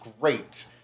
great